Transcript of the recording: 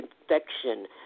infection